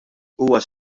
huwa